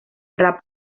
rap